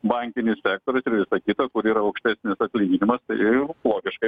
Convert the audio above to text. bankinis sektorius ir visa kita kur ir aukštesnis atlyginimas tai logiška